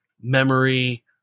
memory